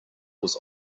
was